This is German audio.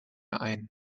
ein